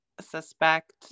suspect